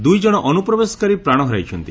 ଦୁଇଜଣ ଅନୁପ୍ରବେଶକାରୀ ପ୍ରାଣ ହରାଇଛନ୍ତି